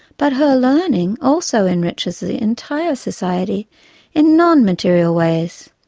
but her learning also enriches the entire society in non-material ways.